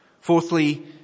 Fourthly